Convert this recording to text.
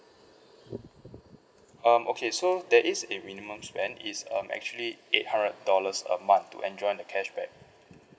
um okay so there is a minimum spend is um actually eight hundred dollars a month to enjoy the cashback